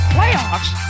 Playoffs